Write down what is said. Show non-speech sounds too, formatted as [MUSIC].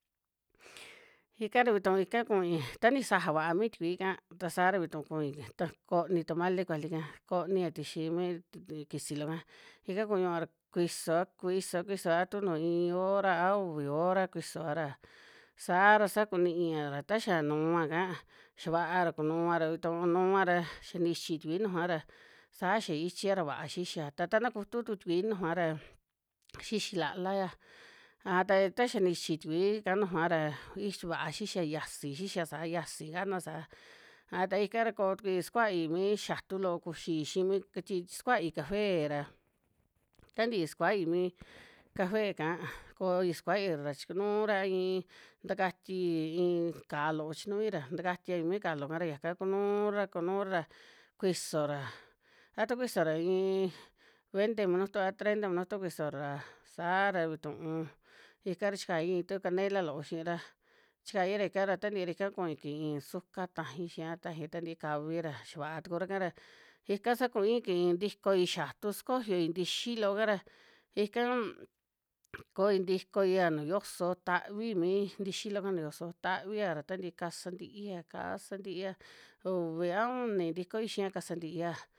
Ika ra ví tu ika ku'i ta ni saja va'a mi sti kui ka ta saa ra vi tu ku i ta ko ni tómale kuali konia ti xi mi ki si lo kaa ika kú ña'a ra kui soa, kui soa, kui soa atu nuu ii ora a, uvi ora kui soa ra saa ra sa ku ni'i ya ra ta xa nua ka xa va'a ra ku nua ví tu nua ra xa ni ichi sti kui nujara sa xa ichi ra va'a xi xia ta ta na kutu tukú sti kui nujara, xi xi la lá ya. A ta ta xa ni ichi sti kui ka nujara is xa va'a xi xia yasi xi xia saa yasi kana saa. A ta ika ra ko tuku i skua'i mi xa tú lo kuxi xi mi kst skua'i café ra, ta nti skua'i mi café ka koi skua'i ra chi ka nu ra ii nta ka stii i ka lo'o chi nui ra nta ka stia mi ka lo'o ka ra ya ka ku nuu ra ku nuu ra ra kuiso ra, a tu kuiso ra ii vente minuto, a trenta minuto kuiso ra ra saa ra ví tu'u ika ra chi kai ii tu kanela lo'o xi ra chi ra ika ra ta nti ra ika ku'i ki suka taji xi'a taji ta nti kavi ra xa va'a tuku ra ka ra ika sa ku'i ki'i ntiko i xatu ski yo i ntixi lo'o ka ra ika um, [NOISE] koi ntiko ya nu yoso ta ví mi nti xi lo ka nu yoso ta vi a ra ta nti ka sa nti'ia, ka saa nti'i a uvi, a uni nti koi xi'a ka sa nti'i a.